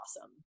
awesome